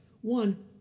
one